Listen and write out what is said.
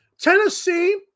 Tennessee